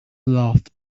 laughed